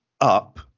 up